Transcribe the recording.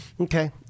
Okay